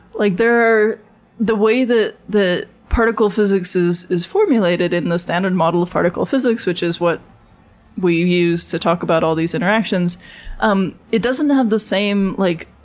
like the way that the particle physics is is formulated in the standard model of particle physics which is what we use to talk about all these interactions um it doesn't have the same, like